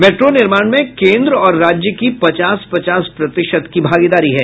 metro निर्माण में केंद्र और राज्य की पचास पचास प्रतिशत की भागीदारी है